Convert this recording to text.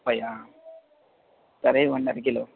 ముప్పైయా సరే ఇవ్వండి అర కిలో